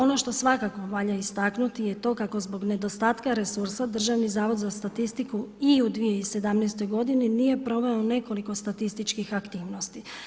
Ono što svakako valja istaknuti je to kako zbog nedostatka resursa Državni zavod za statistiku i u 2017. godini nije proveo nekoliko statističkih aktivnosti.